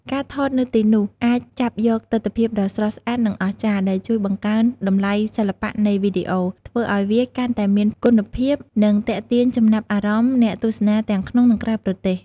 ការថតនៅទីនោះអាចចាប់យកទិដ្ឋភាពដ៏ស្រស់ស្អាត និងអស្ចារ្យ ដែលជួយបង្កើនតម្លៃសិល្បៈនៃវីដេអូ ធ្វើឲ្យវាកាន់តែមានគុណភាព និងទាក់ទាញចំណាប់អារម្មណ៍អ្នកទស្សនាទាំងក្នុង និងក្រៅប្រទេស។